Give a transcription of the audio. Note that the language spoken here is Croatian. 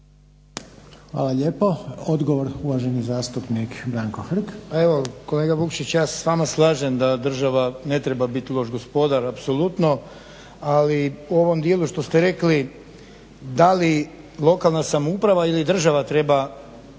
Hvala lijepo. Odgovor uvaženi zastupnik Branko Hrg. **Hrg, Branko (HSS)** Evo kolega Vukšić ja se s vama slažem da država ne treba biti loš gospodar, apsolutno ali u ovom dijelu što ste rekli da li lokalna samouprava ili država treba